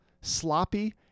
sloppy